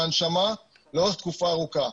מהנשמה לאורך תקופה ארוכה.